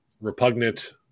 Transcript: repugnant